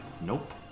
Nope